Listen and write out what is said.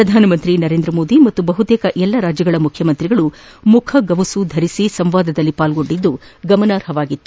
ಪ್ರಧಾನಮಂತ್ರಿ ನರೇಂದ್ರ ಮೋದಿ ಹಾಗೂ ಬಹುತೇಕ ಎಲ್ಲ ರಾಜ್ಯಗಳ ಮುಖ್ಯಮಂತ್ರಿಗಳು ಮುಖಗವಸು ಧರಿಸಿ ಸಂವಾದದಲ್ಲಿ ಪಾಲ್ಗೊಂಡಿದ್ದು ಗಮನಾರ್ಹವಾಗಿತ್ತು